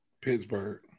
Pittsburgh